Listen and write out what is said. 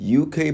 UK